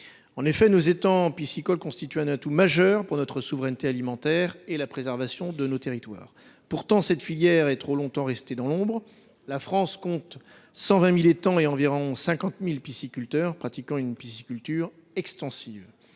En effet, les étangs piscicoles constituent un atout majeur pour notre souveraineté alimentaire et pour la préservation de nos territoires. Pourtant, cette filière est trop longtemps restée dans l’ombre. La France compte 120 000 étangs et environ 50 000 pisciculteurs pratiquant une pisciculture extensive.